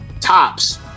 Tops